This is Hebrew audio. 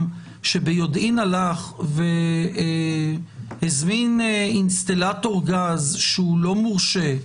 שביודעין הלך והזמין אינסטלטור גז שהוא לא מורשה,